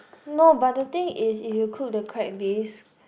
no but the thing is if you cook the crab bisque